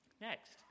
Next